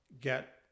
get